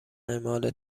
اعمال